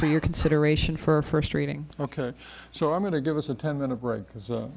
for your consideration for first reading ok so i'm going to give us a ten minute break because